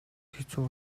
хэцүү